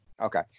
Okay